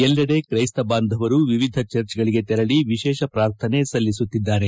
ಎಲ್ಲೆಡೆ ಕ್ರೈಸ್ತ ಬಾಂಧವರು ವಿವಿಧ ಚರ್ಚ್ಗಳಿಗೆ ತೆರಳಿ ವಿಶೇಷ ಪ್ರಾರ್ಥನೆ ಸಲ್ಲಿಸುತ್ತಿದ್ದಾರೆ